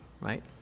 right